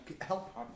Help